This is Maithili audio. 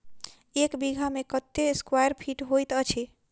एक बीघा मे कत्ते स्क्वायर फीट होइत अछि?